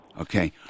Okay